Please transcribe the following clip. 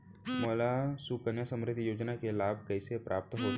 मोला सुकन्या समृद्धि योजना के लाभ कइसे प्राप्त होही?